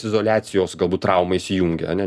izoliacijos galbūt trauma įsijungia ane